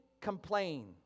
complain